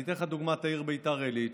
אני אתן לך לדוגמה את העיר ביתר עילית,